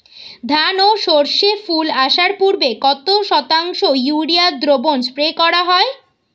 ধান ও সর্ষে ফুল আসার পূর্বে কত শতাংশ ইউরিয়া দ্রবণ স্প্রে করা হয়?